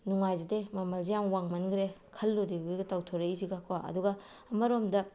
ꯅꯨꯡꯉꯥꯏꯖꯗꯦ ꯃꯃꯜꯁꯦ ꯌꯥꯝ ꯋꯥꯡꯃꯟꯈ꯭ꯔꯦ ꯈꯜꯂꯨꯔꯤꯕꯒ ꯇꯧꯊꯣꯔꯛꯏꯁꯤꯒ ꯀꯣ ꯑꯗꯨꯒ ꯑꯃꯔꯣꯝꯗ